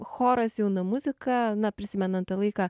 choras jauna muzika na prisimenan tą laiką